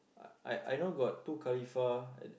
I I I know got two khalifah at